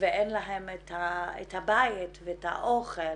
ואין להם את הבית ואת האוכל